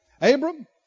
Abram